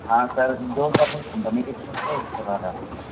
ہاں سر دو service company کی طرف سے اس کے بعد آپ کی